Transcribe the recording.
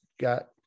got